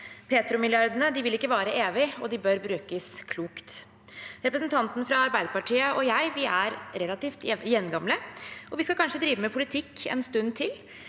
Petromilliardene vil ikke vare evig, og de bør brukes klokt. Representanten fra Arbeiderpartiet og jeg er relativt jevngamle, og vi skal kanskje drive med politikk en stund til.